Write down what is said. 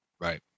Right